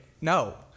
no